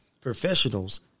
professionals